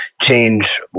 change